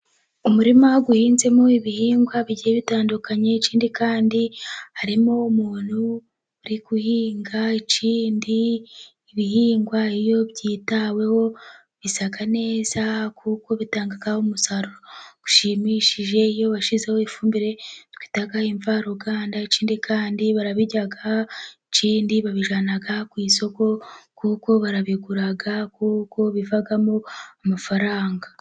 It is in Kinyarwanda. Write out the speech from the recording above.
Umurima uhinzemo ibihingwa bigiye bitandukanye, ikindi kandi harimo umuntu ari guhinga, ikindi ibihingwa iyo byitaweho bisa neza kuko bitanga umusaruro ushimishije, iyo bashyizeho ifumbire twita imvaruganda, ikindi kandi barabirya, ikindi babijyana ku isoko kuko barabigura, kuko bivamo amafaranga.